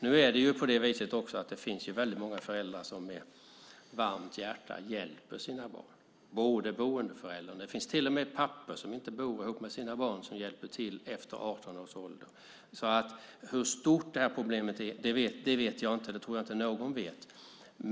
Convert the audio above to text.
Nu är det också så att det finns väldigt många föräldrar som med varmt hjärta hjälper sina barn - boendeföräldrar förstås men också pappor som inte bor med sina barn men ändå hjälper till efter 18 års ålder. Hur stort problemet är vet jag inte, och det tror jag inte någon vet.